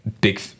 big